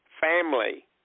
family